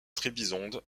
trébizonde